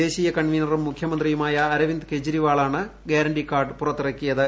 ദേശീയ കൺവീനറും മുഖ്യമന്ത്രിയുമായ അരവിന്ദ് കെജ്രിവാളാണ് ഗ്യാരന്റി കാർഡ് പുറത്തിറക്കിയത്